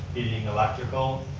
heating, electrical.